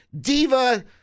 diva